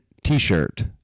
t-shirt